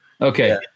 okay